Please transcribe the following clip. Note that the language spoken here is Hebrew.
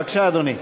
בבקשה, אדוני.